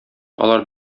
алар